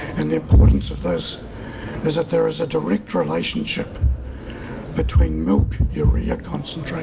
and the importance of this is that there is a direct relationship between milk urea concentration